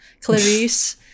Clarice